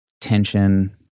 tension